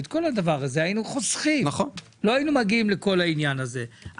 את כל הדבר הזה היינו חוסכים ולא היינו מגיעים לכל העניין הזה.